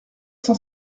cent